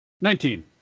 Nineteen